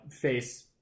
face